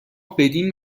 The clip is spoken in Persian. بدین